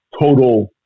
total